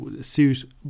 suit